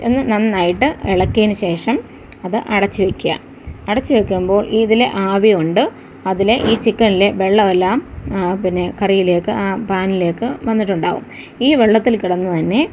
ഒന്ന് നന്നായിട്ട് ഇളക്കിയതിന് ശേഷം അത് അടച്ച് വയ്ക്കുക അടച്ച് വെക്കുമ്പോൾ ഇതിലെ ആവികൊണ്ട് അതിലെ ഈ ചിക്കനിലെ വെള്ളമെല്ലാം പിന്നെ കറിയിലേക്ക് ആ പാനിലേക്ക് വന്നിട്ടുണ്ടാവും ഈ വെള്ളത്തിൽ കിടന്ന് തന്നെ